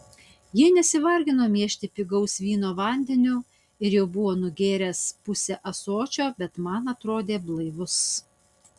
jis nesivargino miešti pigaus vyno vandeniu ir jau buvo nugėręs pusę ąsočio bet man atrodė blaivus